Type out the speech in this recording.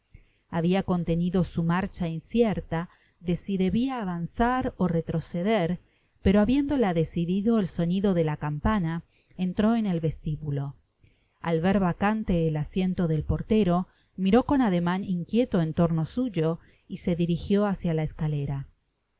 habia contenido su marcha incierta de si debia avanzar ó retroceder pero habiéndola decidido el sonido de la campana entró en el vestibulo al ver vacante el asiento del portero miró con ademan inquieto en torno suyo y se dirijió hacia la escalera